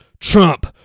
Trump